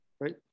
right